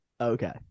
Okay